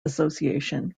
association